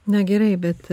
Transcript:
na gerai bet